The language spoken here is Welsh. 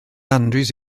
andrews